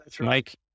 Mike